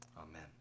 Amen